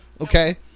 Okay